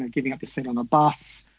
and giving up a seat on the bus,